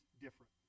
different